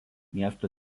miesto